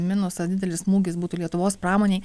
minusas didelis smūgis būtų lietuvos pramonei